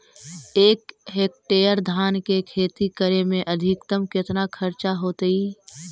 एक हेक्टेयर धान के खेती करे में अधिकतम केतना खर्चा होतइ?